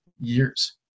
years